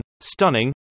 Stunning